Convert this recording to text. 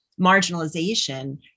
marginalization